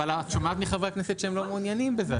את שומעת מחברי הכנסת שהם לא מעוניינים בזה,